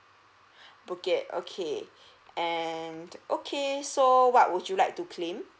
okay okay and okay so what would you like to claim